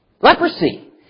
Leprosy